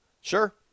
Sure